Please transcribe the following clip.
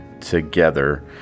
together